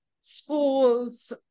schools